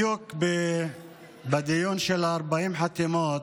בדיוק בדיון של 40 החתימות,